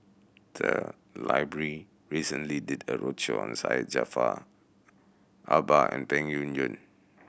the library recently did a roadshow on Syed Jaafar Albar and Peng Yuyun